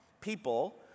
People